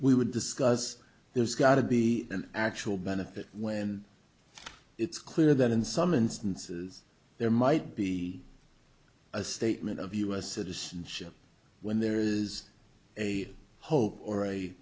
we would discuss there's got to be an actual benefit when it's clear that in some instances there might be a statement of u s citizen ship when there is a hope or a